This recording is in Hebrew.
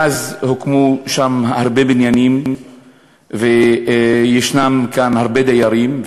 הוקמו שם אז הרבה בניינים וישנם גם הרבה דיירים,